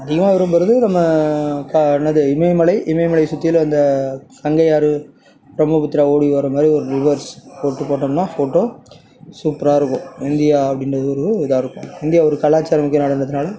அதிகமாக விரும்புகிறது நம்ம கா என்னது இமயமலை இமயமலை சுற்றியுள்ள அந்த கங்கை ஆறு பிரமபுத்ரா ஓடி வர்றமாரி ஒரு ரிவர்ஸ் போட்டுப் போட்டோம்னா ஃபோட்டோ சூப்பராக இருக்கும் இந்தியா அப்படின்ற ஒரு இதாக இருக்கும் இந்தியா ஒரு கலாச்சாரம் மிக்க நாடுங்கிறதுனால